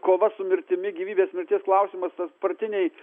kova su mirtimi gyvybės mirties klausimas tas partiniai